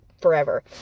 forever